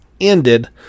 ended